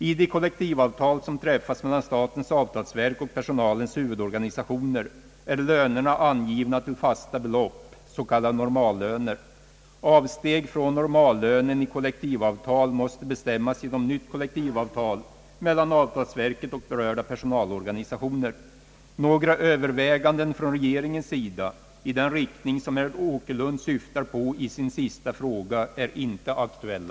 I de kollektivavtal som träffats mellan statens avtalsverk och personalens huvudorganisationer är lönerna angivna till fasta belopp, s.k. normallöner. Avsteg från normallönen i kollektivavtal måste bestämmas genom nytt kollektivavtal mellan avtalsverket och berörda = personalorganisationer. Några överväganden från regeringens sida i den riktning som herr Åkerlund syftar på i sin sista fråga är inte aktuella.